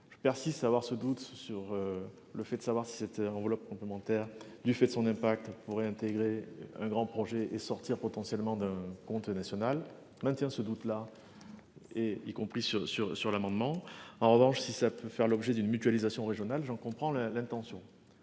Je persiste à avoir ce doute sur le fait de savoir si cette enveloppe complémentaire du fait de son impact pour réintégrer un grand projet et sortir potentiellement de comptes nationale maintient ce doute là. Et y compris sur sur sur l'amendement. En revanche, si ça peut faire l'objet d'une mutualisation régionale j'en comprends là l'intention.